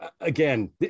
Again